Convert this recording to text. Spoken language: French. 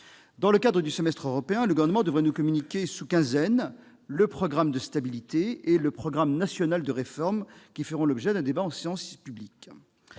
Dans le cadre du semestre européen, le Gouvernement devrait nous communiquer sous quinzaine le programme de stabilité et le programme national de réformes, qui feront l'objet d'un débat en séance publique.